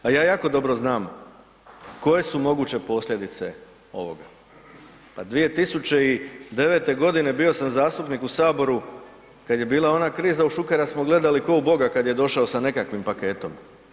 A ja jako dobro znam koje su moguće posljedice ovoga, pa 2009.g. bio sam zastupnik u saboru kad je bila ona kriza u Šukera samo gledali ko u Boga kad je došao sa nekakvim paketom.